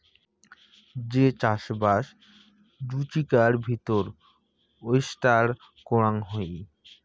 যে চাষবাস জুচিকার ভিতর ওয়েস্টার করাং হই